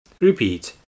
Repeat